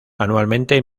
anualmente